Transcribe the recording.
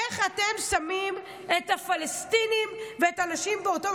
איך אתם שמים את הפלסטינים ואת הנשים באותו,